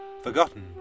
forgotten